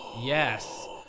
Yes